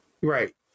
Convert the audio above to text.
Right